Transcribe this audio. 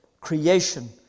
creation